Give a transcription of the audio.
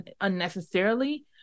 unnecessarily